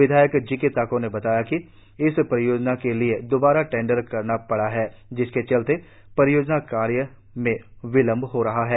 विधायक जिक्के ताको ने बताया कि इस राजमार्ग के लिए दोबारा टेंडर कराना पड़ा है जिसके चलते परियोजना कार्य में विलंब हो रहा है